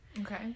Okay